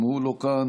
גם הוא לא כאן,